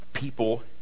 People